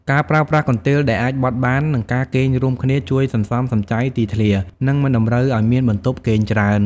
ការប្រើប្រាស់កន្ទេលដែលអាចបត់បាន និងការគេងរួមគ្នាជួយសន្សំសំចៃទីធ្លា និងមិនតម្រូវឱ្យមានបន្ទប់គេងច្រើន។